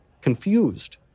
Confused